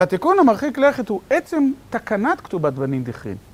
התיקון המרחיק ללכת הוא עצם תקנת כתובת בנין דכרין.